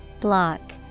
Block